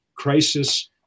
crisis